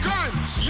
Guns